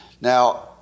Now